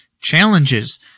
challenges